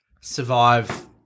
survive